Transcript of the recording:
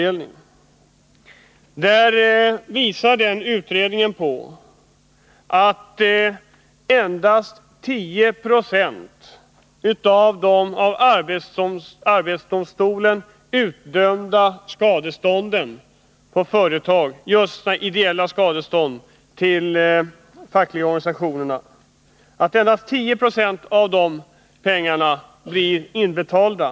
Den visar att endast 10 26 av de ideella skadestånd till fackliga organisationer som arbetsdomstolen ådömer företag blir inbetalda.